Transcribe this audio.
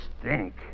stink